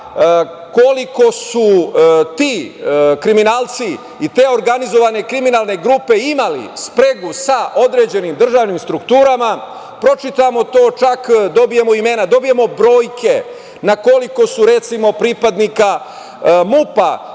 koliko su ti kriminalci i te organizovane kriminalne grupe imale spregu sa određenim državnim strukturama. Pročitamo to, čak dobijemo imena, dobijemo brojke na koliko su, recimo, pripadnika MUP-a